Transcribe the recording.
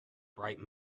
bright